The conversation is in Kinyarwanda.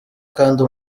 kandi